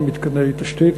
למתקני תשתית,